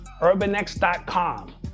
urbanx.com